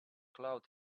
cloud